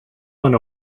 went